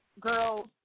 girls